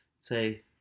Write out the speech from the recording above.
Say